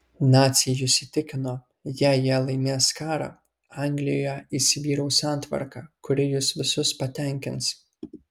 naciai jus įtikino jei jie laimės karą anglijoje įsivyraus santvarka kuri jus visus patenkins